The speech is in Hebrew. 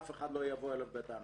אף אחד לא יבוא אליו בטענות.